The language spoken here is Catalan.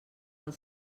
del